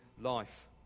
life